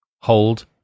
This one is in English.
hold